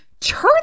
Turn